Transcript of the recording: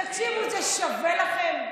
תקשיבו, זה שווה לכם?